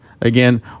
again